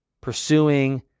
pursuing